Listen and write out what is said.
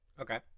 okay